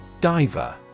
Diver